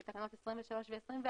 של תקנות 23 ו-24,